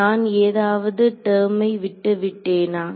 நான் ஏதாவது டெர்மை விட்டு விட்டேனா